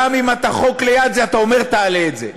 גם אם אתה חוק ליד זה, אתה אומר: תעלה את זה.